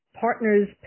partners